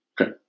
okay